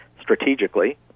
strategically